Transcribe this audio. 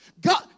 God